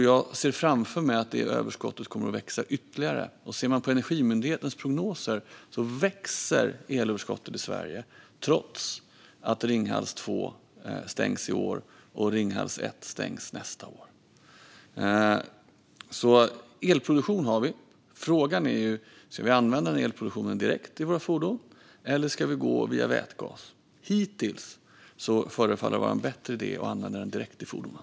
Jag ser framför mig att detta överskott kommer att växa ytterligare, för enligt Energimyndighetens prognoser växer elöverskottet i Sverige trots att Ringhals 2 stängs i år och Ringhals 1 nästa år. Elproduktion har vi alltså. Frågan är då om vi ska använda denna elproduktion direkt i våra fordon eller om vi ska gå via vätgas. Hittills förefaller det att vara en bättre idé att använda den direkt i fordonen.